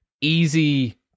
easy